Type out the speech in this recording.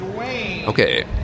Okay